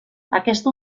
aquesta